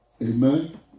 Amen